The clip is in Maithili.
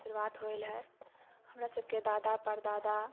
शुरुआत होइल है हमरासभके दादा परदादा